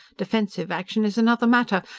defensive action is another matter.